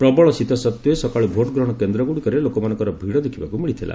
ପ୍ରବଳ ଶୀତ ସତ୍ୱେ ସକାଳୁ ଭୋଟଗ୍ରହଣ କେନ୍ଦ୍ରଗୁଡିକରେ ଲୋକମାନଙ୍କର ଭିଡ ଦେଖିବାକୁ ମିଳିଥିଲା